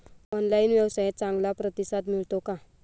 Online व्यवसायात चांगला प्रतिसाद मिळतो का?